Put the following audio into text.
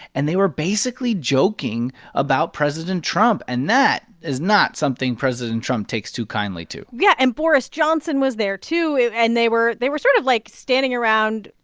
and they were basically joking about president trump. and that is not something president trump takes too kindly to yeah. and boris johnson was there, too. and they were they were sort of, like, standing around,